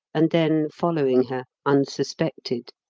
and then following her, unsuspected.